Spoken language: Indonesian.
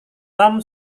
tom